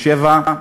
1967,